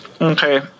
Okay